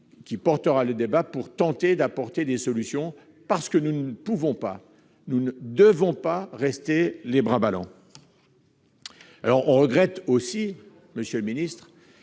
qui engagera le débat pour tenter d'apporter des solutions. Nous ne pouvons pas, nous ne devons pas rester les bras ballants. Nous regrettons aussi, monsieur le secrétaire